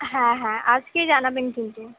হ্যাঁ হ্যাঁ আজকেই জানাবেন কিন্তু